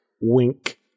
Wink